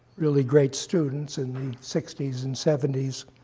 really great students in the sixty s and seventy s